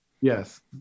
Yes